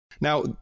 Now